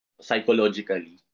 psychologically